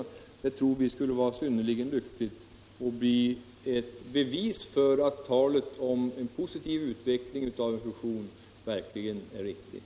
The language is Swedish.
Vi tror det skulle vara synnerligen lyckligt och bli ett bevis för att talet om en positiv utveckling av en fusion verkligen är riktigt.